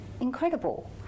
incredible